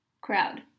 Crowd